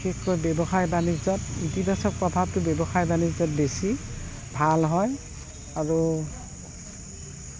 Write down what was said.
বিশেষকৈ ব্যৱসায় বাণিজ্যত ইতিবাচক প্ৰভাৱটো ব্যৱসায় বাণিজ্যত বেছি ভাল হয় আৰু